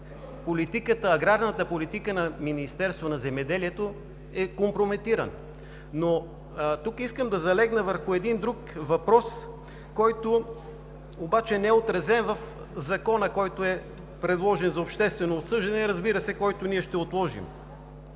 аграрната политика на Министерството на земеделието е компрометирана. Но тук искам да наблегна върху един друг въпрос, който обаче не е отразен в Закона, който е предложен за обществено обсъждане и който, разбира се, ние ще отложим.